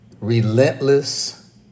relentless